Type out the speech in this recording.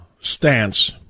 stance